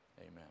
Amen